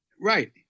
right